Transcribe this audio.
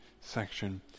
section